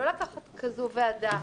לא לקחת כזו ועדה.